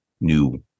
new